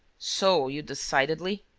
so you decidedly?